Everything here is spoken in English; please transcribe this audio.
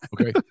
Okay